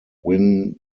win